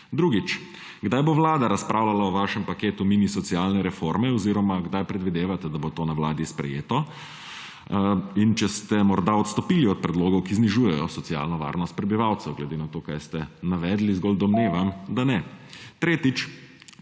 razlike? Kdaj bo Vlada razpravljala o vašem paketu mini socialne reforme oziroma kdaj predvidevate, da bo to na Vladi sprejeto? In če ste morda odstopili od predlogov, ki znižujejo socialno varnost prebivalcev? Glede na to, kaj se navedli, zgolj domnevam, da ne.